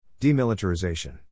Demilitarization